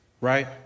Right